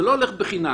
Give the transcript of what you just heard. זה לא הולך חינם.